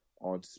on